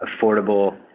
affordable